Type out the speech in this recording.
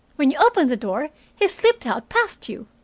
when you opened the door, he slipped out past you.